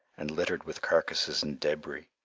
and littered with carcasses and debris.